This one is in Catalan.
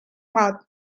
mat